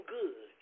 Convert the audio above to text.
good